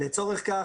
לצורך כך,